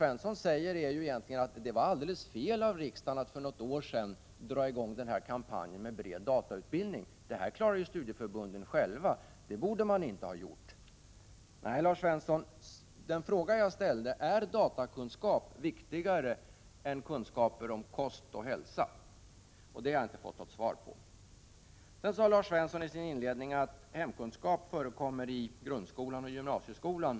Egentligen säger Lars Svensson att det var alldeles fel av riksdagen att för något år sedan dra i gång kampanjen för en bred datautbildning. Det här klarar ju studieförbunden själva och därför borde man inte ha dragit i gång kampanjen. Nej, Lars Svensson, den fråga jag ställt lyder: Är datakunskap viktigare än kunskaper om kost och hälsa? Den frågan har jag inte fått något svar på. Vidare sade Lars Svensson i inledningen av sitt anförande att ämnet hemkunskap förekommer i både grundoch gymnasieskolan.